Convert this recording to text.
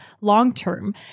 long-term